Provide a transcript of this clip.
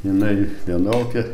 jinai vienokią